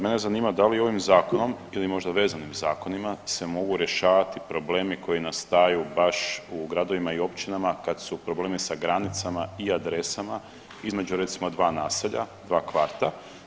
Mene zanima da li ovim zakonom ili možda vezanim zakonima se mogu rješavati problemi koji nastaju baš u gradovima i općinama kad su problemi sa granicama i adresama između dva naselja, dva kvarta.